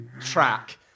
track